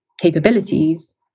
capabilities